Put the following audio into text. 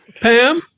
Pam